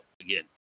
again